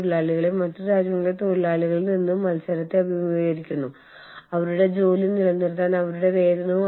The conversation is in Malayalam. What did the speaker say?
അതിനാൽ നിങ്ങൾ ഈ രാജ്യങ്ങൾ വളരെ ശ്രദ്ധാപൂർവ്വം തിരഞ്ഞെടുക്കുക നിങ്ങൾക്ക് എവിടെ നിന്ന് ജീവനക്കാരെ ലഭിക്കും